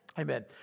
Amen